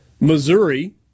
Missouri